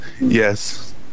Yes